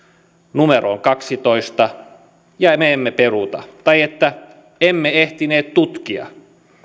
numero on kaksitoista ja me emme peruuta tai että emme ehtineet tutkia